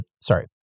sorry